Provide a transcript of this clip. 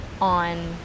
on